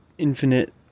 infinite